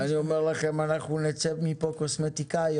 בסוף אנחנו נצא מכאן קוסמטיקאיות.